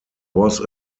was